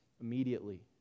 immediately